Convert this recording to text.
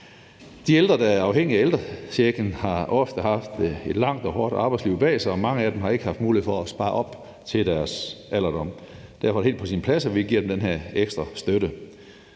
De ældre, der er afhængige af ældrechecken, har ofte har haft et langt og hårdt arbejdsliv bag sig, og mange af dem har ikke haft mulighed for at spare op til deres alderdom. Derfor er det helt på sin plads, at vi giver dem den her ekstra støtte.